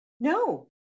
No